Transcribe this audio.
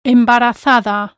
Embarazada